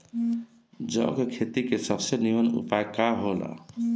जौ के खेती के सबसे नीमन उपाय का हो ला?